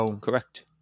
Correct